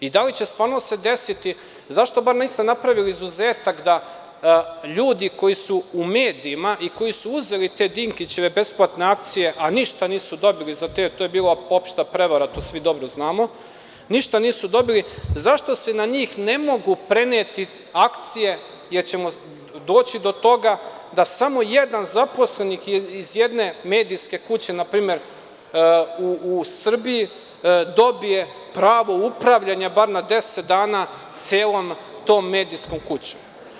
Zašto niste napravili izuzetak da ljudi koji su u medijima i koji su uzeli te Dinkićeve besplatne akcije, a ništa nisu dobili, to je bila opšta prevara, to svi dobro znamo, zašto se na njih ne mogu preneti akcije, jer ćemo doći do toga da samo jedan zaposleni iz jedne medijske kuće u Srbiji dobije pravo upravljanja, bar na deset dana, celom tom medijskom kućom?